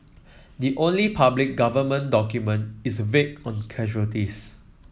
the only public government document is vague on casualties